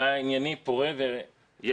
הוא היה ענייני פורה ויעיל.